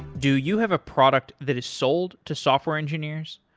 do you have a product that is sold to software engineers?